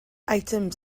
items